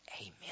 Amen